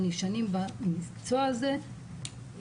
אני שנים במקצוע הזה,